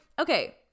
okay